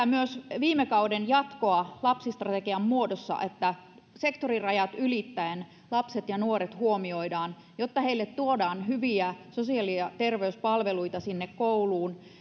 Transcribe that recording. myös viime kauden jatkoa lapsistrategian muodossa niin että sektorirajat ylittäen lapset ja nuoret huomioidaan että heille tuodaan hyviä sosiaali ja terveyspalveluita kouluun ja